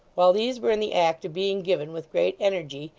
while these were in the act of being given with great energy,